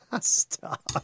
Stop